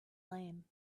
lame